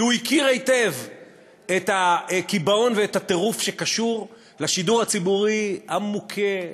כי הוא הכיר היטב את הקיבעון ואת הטירוף שקשור לשידור הציבורי המוכה,